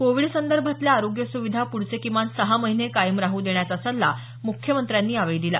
Covid संदर्भातल्या आरोग्य सुविधा पुढचे किमान सहा महिने कायम राहू देण्याचा सल्ला मुख्यमंत्र्यांनी दिला